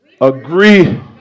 Agree